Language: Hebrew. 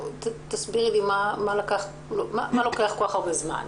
תסבירי לי מה לוקח כל-כך הרבה זמן.